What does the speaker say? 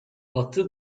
batı